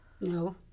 No